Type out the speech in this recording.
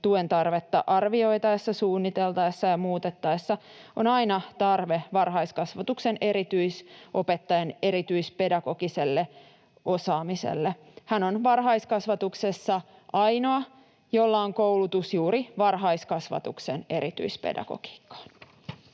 tuen tarvetta arvioitaessa, suunniteltaessa ja muutettaessa on aina tarve varhaiskasvatuksen erityisopettajan erityispedagogiselle osaamiselle. Hän on varhaiskasvatuksessa ainoa, jolla on koulutus juuri varhaiskasvatuksen erityispedagogiikkaan.